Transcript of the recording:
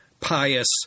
pious